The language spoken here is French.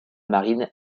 marine